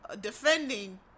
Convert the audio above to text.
defending